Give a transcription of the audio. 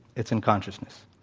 it's in consciousness.